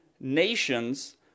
Nations